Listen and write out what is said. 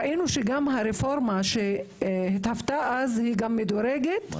ראינו שהרפורמה שהתהוותה אז, היא גם מדורגת,